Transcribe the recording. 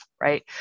right